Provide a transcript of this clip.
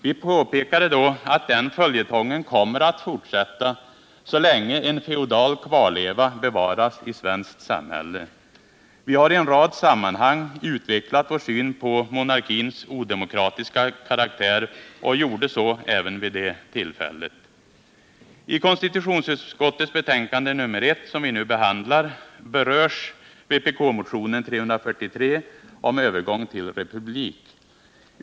Vi påpekade då att den följetongen kommer att fortsätta så länge en feodal kvarleva bevaras i det svenska samhället. Vi har i en rad sammanhang utvecklat vår syn på monarkins odemokratiska karaktär och gjorde så även vid det tillfället. I konstitutionsutskottets betänkande nr 1, som vi nu behandlar, berörs vpk-motionen 343 om övergång till republik.